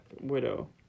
Widow